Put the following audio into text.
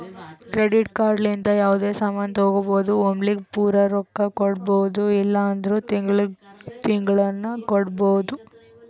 credit card ಲಿಂತ ಯಾವ್ದೇ ಸಾಮಾನ್ ತಗೋಬೋದು ಒಮ್ಲಿಗೆ ಪೂರಾ ರೊಕ್ಕಾ ಕೊಡ್ಬೋದು ಇಲ್ಲ ಅಂದುರ್ ತಿಂಗಳಾ ತಿಂಗಳಾನು ಕೊಡ್ಬೋದು